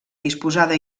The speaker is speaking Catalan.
disposada